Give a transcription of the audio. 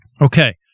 Okay